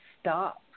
stop